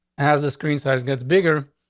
as the screen size gets bigger,